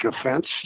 offense